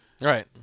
Right